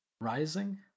Rising